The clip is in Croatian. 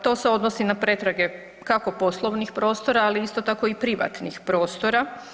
To se odnosi na pretrage kako poslovnih prostora, ali isto tako i privatnih prostora.